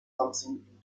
something